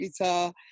guitar